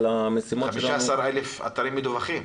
אבל המשימות שלנו --- 15,000 אתרים מדווחים.